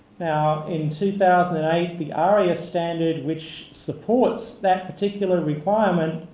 now in two thousand and eight the aria standard, which supports that particular requirement,